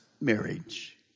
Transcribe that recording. marriage